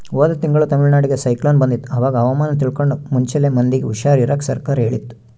ಹೋದ ತಿಂಗಳು ತಮಿಳುನಾಡಿಗೆ ಸೈಕ್ಲೋನ್ ಬಂದಿತ್ತು, ಅವಾಗ ಹವಾಮಾನ ತಿಳ್ಕಂಡು ಮುಂಚೆಲೆ ಮಂದಿಗೆ ಹುಷಾರ್ ಇರಾಕ ಸರ್ಕಾರ ಹೇಳಿತ್ತು